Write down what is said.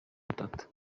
matata